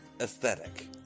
aesthetic